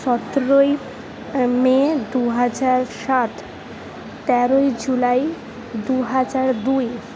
সতেরোই মে দুহাজার সাত তেরোই জুলাই দুহাজার দুই